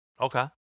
Okay